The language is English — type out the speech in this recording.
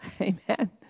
Amen